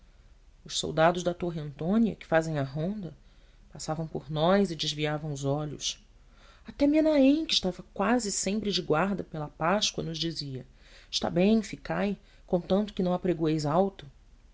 os soldados da torre antônia que fazem a ronda passavam por nós e desviavam os olhos até menahem que estava quase sempre de guarda pela páscoa nos dizia está bem ficai contanto que não apregoeis alto